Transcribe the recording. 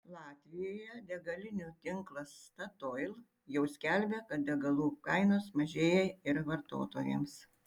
latvijoje degalinių tinklas statoil jau skelbia kad degalų kainos mažėja ir vartotojams